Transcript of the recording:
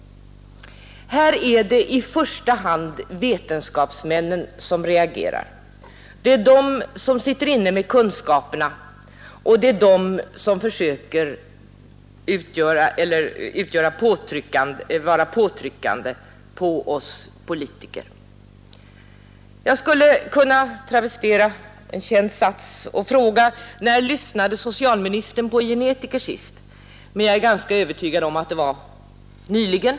Här är det i första hand vetenskapsmännen som reagerar. Det är de som sitter inne med kunskaperna och det är de som försöker vara påtryckande på oss politiker. Jag skulle kunna travestera en känd sats och fråga: När lyssnade socialministern på en genetiker sist? Men jag är ganska övertygad om att det var nyligen.